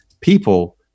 people –